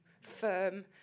firm